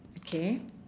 okay